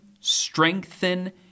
strengthen